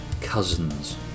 cousins